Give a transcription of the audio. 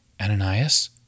Ananias